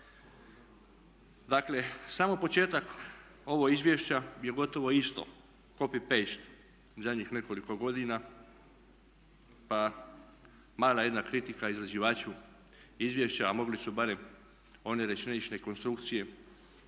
Dakle, samo početak ovog izvješća je gotovo isto, copy paste zadnjih nekoliko godina, pa mala jedna kritika izrađivaču izvješća, a mogli su barem one rečenične konstrukcije